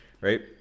right